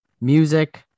music